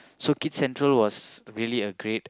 so Kids Central was really a great